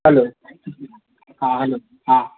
hello ಹಾಂ hello ಹಾಂ